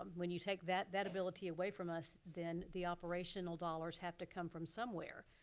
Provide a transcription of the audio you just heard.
um when you take that that ability away from us, then the operational dollars have to come from somewhere.